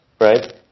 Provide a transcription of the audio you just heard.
right